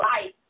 life